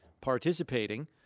participating